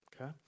Okay